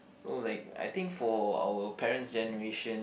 so like I think for our parents generation